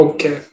Okay